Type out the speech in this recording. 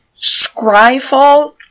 Scryfall